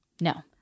no